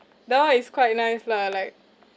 that [one] is quite nice lah like